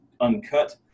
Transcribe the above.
Uncut